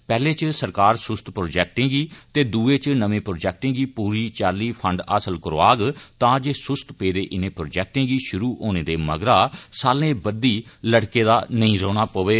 पैहले इच सरकार सुस्त प्रौजेक्टें गी ते दुए इच नमें प्रौजेक्टें गी पूरी चाल्ली फंड हासल करौआग तां जे सुस्त पैदे इनें प्रौजेक्टें गी शुरू होने दे मगरा साले बददी लटके दर नेई रौहना पवै